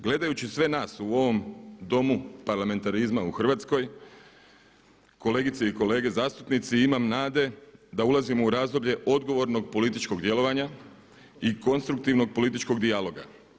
Gledajući sve nas u ovom Domu parlamentarizma u Hrvatskoj kolegice i kolege zastupnici imam nade da ulazimo u razdoblje odgovornog političkog djelovanja i konstruktivnog političkog dijaloga.